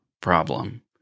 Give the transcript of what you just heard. problem